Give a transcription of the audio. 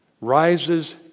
Rises